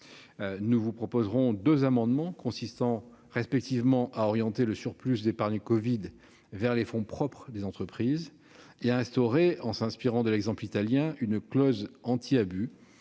nous vous proposerons deux amendements visant, respectivement, à orienter le surplus d'épargne « covid » vers les fonds propres des entreprises et à instaurer, en s'inspirant de l'exemple italien, une clause anti-abus